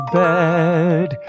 bed